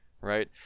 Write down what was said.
right